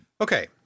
Okay